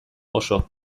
oso